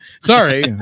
sorry